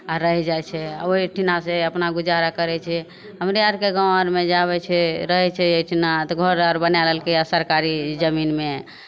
आ रहि जाइ छै आ ओहीठिनासँ अपना गुजारा करै छै हमरे आरके गाँव आरमे जे आबै छै रहै छै एहिठिना तऽ घर आर बना लेलकैए सरकारी जमीनमे